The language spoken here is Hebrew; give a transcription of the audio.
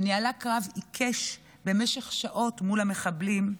וניהלה קרב עיקש במשך שעות מול המחבלים,